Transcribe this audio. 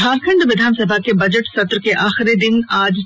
झारखंड विधानसभा के बजट सत्र के आखिरी दिन